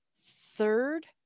third